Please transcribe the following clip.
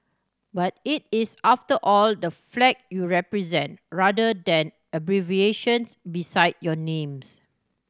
but it is after all the flag you represent rather than abbreviations beside your names